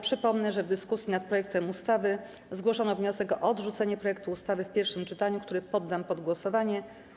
Przypomnę, że w dyskusji nad projektem ustawy zgłoszono wniosek o odrzucenie projektu ustawy w pierwszym czytaniu, który poddam pod głosowanie.